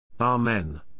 Amen